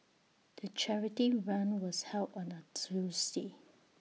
the charity run was held on A Tuesday